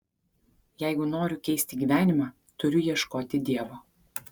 jeigu noriu keisti gyvenimą turiu ieškoti dievo